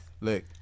Look